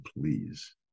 please